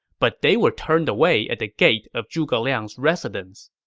but they were turned away at the gate of zhuge liang's residence.